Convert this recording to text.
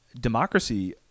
democracy